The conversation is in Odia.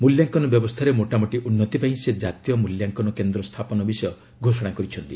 ମୂଲ୍ୟାଙ୍କନ ବ୍ୟବସ୍ଥାରେ ମୋଟାମୋଟି ଉନ୍ନତି ପାଇଁ ସେ ଜାତୀୟ ମୂଲ୍ୟାଙ୍କନ କେନ୍ଦ୍ର ସ୍ଥାପନ ବିଷୟ ଘୋଷଣା କରିଛନ୍ତି